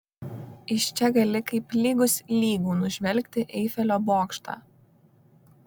iš čia gali kaip lygus lygų nužvelgti eifelio bokštą